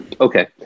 Okay